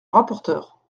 rapporteur